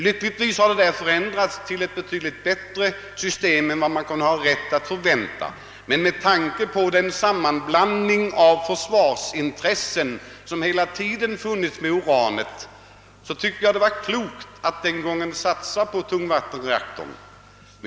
Lyckligtvis har förhållandena ändrats och vi har fått ett bättre system än man då hade anledning förvänta, men med tanke på den sammanblandning som hela tiden förefunnits mellan försvarets intressen och tillgången på uran ansåg jag det klokt att den gången sat sa på tungvattenreaktorn.